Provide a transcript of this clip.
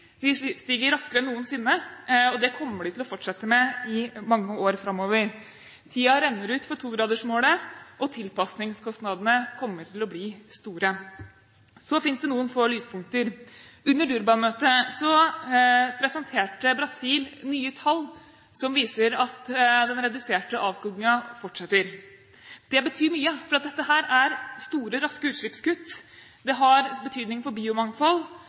stiger raskere enn noensinne, og det kommer de til å fortsette med i mange år framover. Tiden renner ut for togradersmålet, og tilpasningskostnadene kommer til å bli store. Så finnes det noen få lyspunkter. Under Durban-møtet presenterte Brasil nye tall, som viser at den reduserte avskogingen fortsetter. Det betyr mye, for dette er store og raske utslippskutt. Det har betydning for biomangfold,